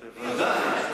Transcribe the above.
בוודאי.